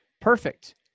perfect